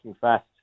fast